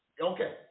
Okay